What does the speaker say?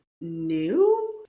new